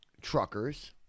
truckers